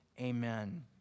Amen